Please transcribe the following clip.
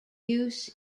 use